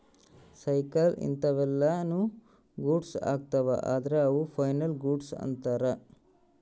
cycle ಇಂತವೆಲ್ಲ ನು goods ಅಗ್ತವ ಅದ್ರ ಅವು ಫೈನಲ್ ಗೂಡ್ಸ್ ಅಂತರ್